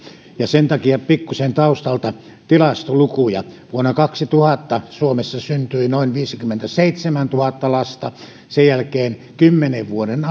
ja sen takia pikkuisen taustalta tilastolukuja vuonna kaksituhatta suomessa syntyi noin viisikymmentäseitsemäntuhatta lasta sen jälkeen kymmenen vuoden